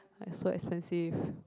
like so expensive